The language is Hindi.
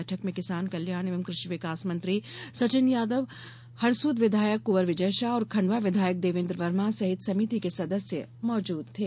बैठक में किसान कल्याण एवं कृषि विकास मंत्री सचिन यादव हरसूद विधायक कुंवर विजय शाह और खण्डवा विधायक देवेन्द्र वर्मा सहित समिति के सदस्य मौजूद थे